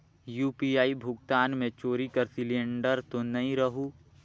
UPI भुगतान मे चोरी कर सिलिंडर तो नइ रहु?